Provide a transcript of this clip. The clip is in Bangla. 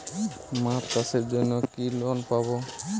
মাছ চাষের জন্য কি লোন পাব?